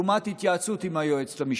לעומת התייעצות עם היועצת המשפטית.